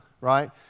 right